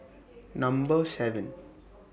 Number seven